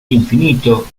infinito